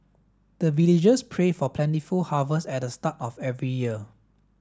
the villagers pray for plentiful harvest at the start of every year